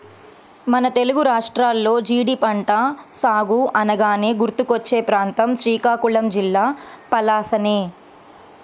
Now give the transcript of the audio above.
మన తెలుగు రాష్ట్రాల్లో జీడి పంట సాగు అనగానే గుర్తుకొచ్చే ప్రాంతం శ్రీకాకుళం జిల్లా పలాసనే